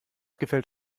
gefällt